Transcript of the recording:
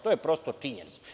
To je prosto činjenica.